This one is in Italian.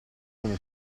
come